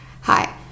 Hi